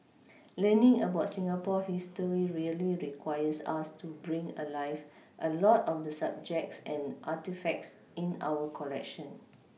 learning about Singapore history really requires us to bring alive a lot on the objects and artefacts in our collection